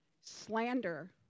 slander